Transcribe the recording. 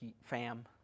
fam